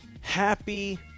Happy